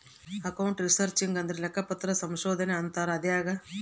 account researching ಅಂದ್ರೆ ಲೆಕ್ಕಪತ್ರ ಸಂಶೋಧನೆ ಅಂತಾರ ಆಗ್ಯದ